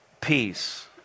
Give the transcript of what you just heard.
peace